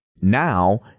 now